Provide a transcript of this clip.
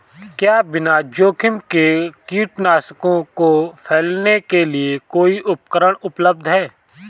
क्या बिना जोखिम के कीटनाशकों को फैलाने के लिए कोई उपकरण उपलब्ध है?